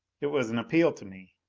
it was an appeal to me.